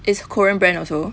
it's korean brand also